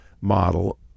model